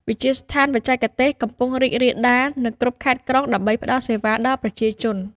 វិទ្យាស្ថានបច្ចេកទេសកំពុងរីកដុះដាលនៅគ្រប់ខេត្តក្រុងដើម្បីផ្ដល់សេវាដល់ប្រជាជន។